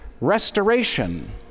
restoration